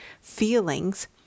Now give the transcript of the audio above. feelings